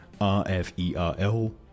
RFERL